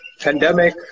pandemic